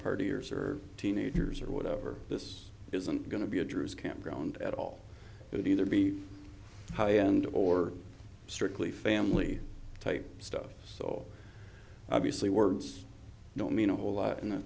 partiers are teenagers or whatever this isn't going to be a druse campground at all it either be high end or strictly family type stuff so obviously words don't mean a whole lot in the